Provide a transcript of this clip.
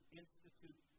institute